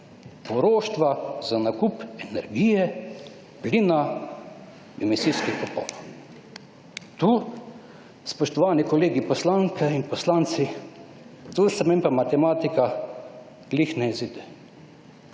poroštva za nakup energije, plina, emisijskih kuponov. Tu, spoštovani kolegi poslanke in poslanci, se meni matematika ravno ne izide.